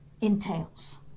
entails